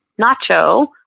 Nacho